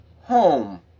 Home